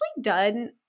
done